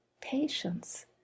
patience